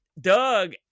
Doug